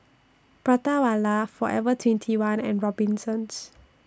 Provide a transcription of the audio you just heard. Prata Wala Forever twenty one and Robinsons